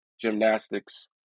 gymnastics